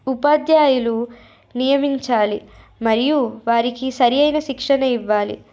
ఉపాధ్యాయులు నియమించాలి మరియు వారికి సరియైన శిక్షణ ఇవ్వాలి